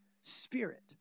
spirit